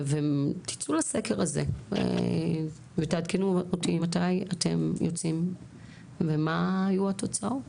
תצאו לסקר הזה ותעדכנו אותי מתי אתם יוצאים ומה היו התוצאות.